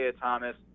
Thomas